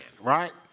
right